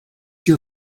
your